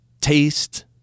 taste